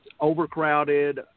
overcrowded